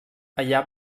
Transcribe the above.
allà